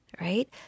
right